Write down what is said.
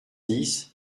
dix